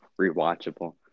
rewatchable